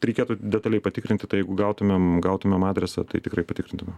reikėtų detaliai patikrinti tai jeigu gautumėm gautumėm adresą tai tikrai patikrintume